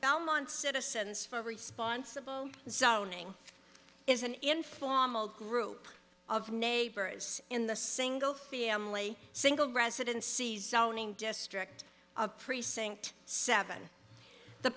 belmont citizens for responsible zoning is an informal group of neighbors in the single family single residencies zoning district of precinct seven the